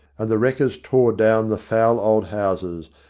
and the wreckers tore down the foul old houses,